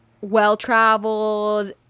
well-traveled